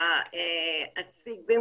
זו